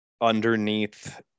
underneath